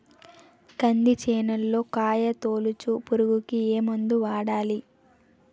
కంది చేనులో కాయతోలుచు పురుగుకి ఏ మందు వాడాలి?